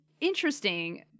interesting